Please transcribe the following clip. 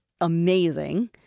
amazing